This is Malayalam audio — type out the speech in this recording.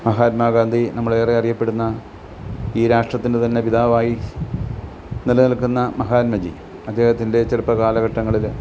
മഹാത്മാഗാന്ധി നമ്മൾ ഏറെ അറിയപ്പെടുന്ന ഈ രാഷ്ട്രത്തിൻ്റെ തന്നെ പിതാവായി നിലനിൽക്കുന്ന മഹാത്മജി അദ്ദേഹത്തിൻ്റെ ചെറുപ്പ കാലഘട്ടങ്ങളിൽ